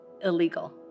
illegal